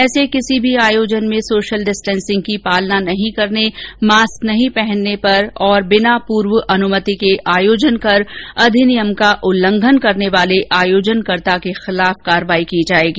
ऐसे किसी भी आयोजन में सोशल डिस्टेंसिंग की पालना नहीं करने मास्क नहीं पहनने और बिना पूर्व अनुमति के आयोजन कर अधिनियम का उल्लंघन करने वाले आयोजनकर्ता के खिलाफ कार्यवाही की जाएगी